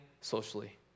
socially